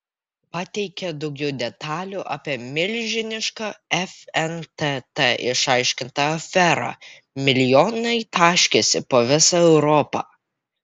pateikė daugiau detalių apie milžinišką fntt išaiškintą aferą milijonai taškėsi po visą europą